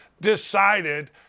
decided